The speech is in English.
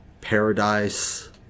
paradise